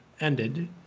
ended